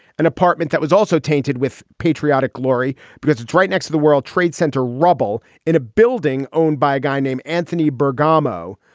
an apartment that was also tainted with patriotic glory because it's right next to the world trade center rubble in a building owned by a guy named anthony bergamo.